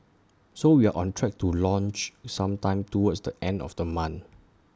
so we're on track to launch sometime towards the end of the month